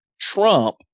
Trump